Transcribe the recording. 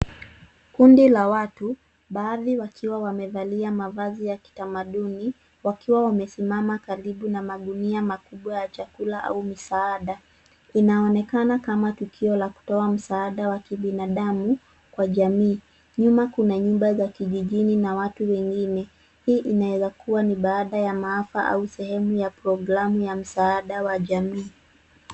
Kundi la watu, baadhi wakiwa wamevalia mavazi ya kitamaduni, wakiwa wamesimama karibu na magunia makubwa ya chakula au misaada. Inaonekana kama tukio la kutoa msaada wa kibinadamu kwa jamii. Nyuma kuna nyumba za kijijini na watu wengine, hii inaweza kuwa ni baada ya maafa au sehemu ya programu ya msaada wa jamii.